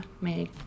made